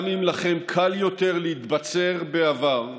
גם אם לכם קל יותר להתבצר בעבר,